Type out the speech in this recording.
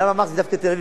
למה אמרתי דווקא תל-אביב?